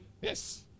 Yes